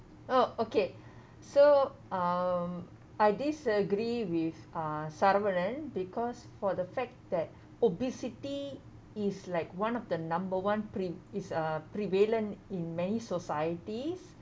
oh okay so um I disagree with uh saravanan because for the fact that obesity is like one of the number one pre~ is uh prevalent in many society